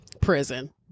Prison